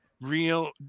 real